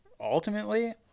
ultimately